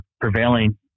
prevailing